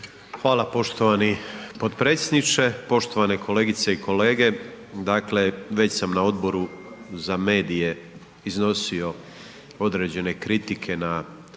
Hvala poštovani potpredsjedniče. Poštovane kolegice i kolege, dakle već sam na odboru za medije iznosio određene kritike na